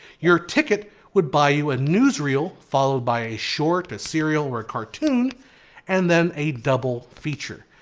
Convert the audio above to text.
your ticket would buy you a newsreel followed by a short, serial or a cartoon and then a double feature.